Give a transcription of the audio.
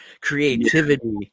creativity